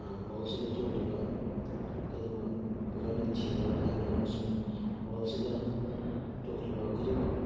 ꯋꯥꯔꯜꯁꯤꯗ ꯊꯣꯛꯂꯤꯕ ꯈꯨꯗꯤꯡꯃꯛ ꯂꯣꯏꯅ ꯊꯤꯕ ꯈꯪꯉꯦ ꯑꯃꯁꯨꯡ ꯋꯥꯔꯜꯁꯤꯗ ꯊꯣꯛꯂꯤꯕ ꯈꯨꯗꯤꯡꯃꯛ